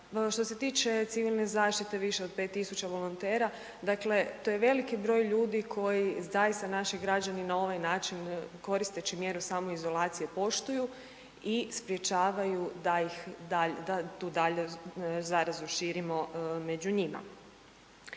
što se tiče civilne zaštite više od 5000 volontera, dakle to je veliki broj ljudi koji zaista naši građani na ovaj način koristeći mjeru samoizolacije poštuju u sprječavaju da ih, da tu dalje zarazu širimo među njima.